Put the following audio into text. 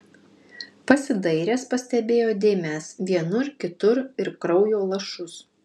pasidairęs pastebėjo dėmes vienur kitur ir kraujo lašus